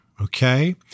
Okay